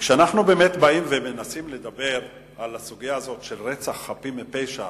כשאנחנו באים ומנסים לדבר על הסוגיה הזאת של רצח חפים מפשע,